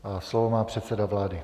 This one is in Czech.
A slovo má předseda vlády.